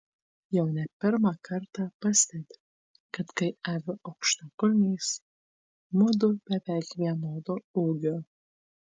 jau ne pirmą kartą pastebiu kad kai aviu aukštakulniais mudu beveik vienodo ūgio